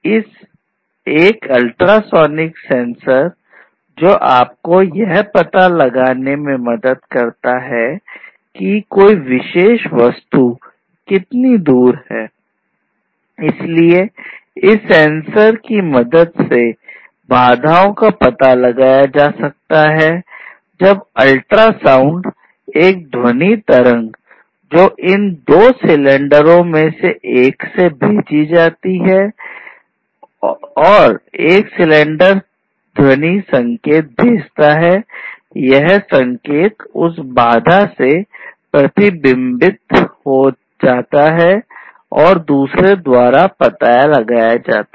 इस एक अल्ट्रासोनिक हो जाता है और दूसरे द्वारा पता लगाया जाता है